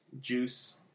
juice